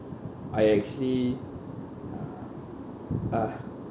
I actually uh uh